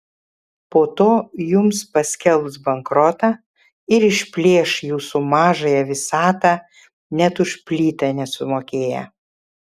po to jums paskelbs bankrotą ir išplėš jūsų mažąją visatą net už plytą nesumokėję